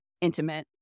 intimate